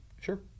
Sure